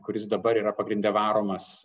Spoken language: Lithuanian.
kuris dabar yra pagrinde varomas